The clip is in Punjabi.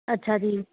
ਅੱਛਾ ਜੀ